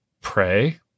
pray